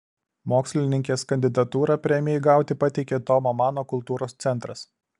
mokslininkės kandidatūrą premijai gauti pateikė tomo mano kultūros centras